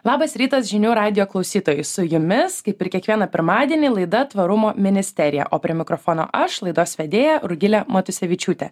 labas rytas žinių radijo klausytojai su jumis kaip ir kiekvieną pirmadienį laida tvarumo ministerija o prie mikrofono aš laidos vedėja rugilė matusevičiūtė